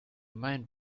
mind